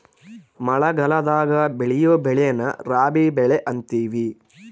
ಮಳಗಲದಾಗ ಬೆಳಿಯೊ ಬೆಳೆನ ರಾಬಿ ಬೆಳೆ ಅಂತಿವಿ